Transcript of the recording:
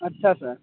अच्छा सर